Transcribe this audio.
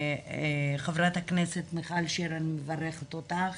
חברת הכנסת מיכל שיר, אני מברכת אותך